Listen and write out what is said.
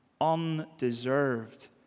undeserved